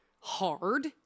hard